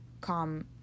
come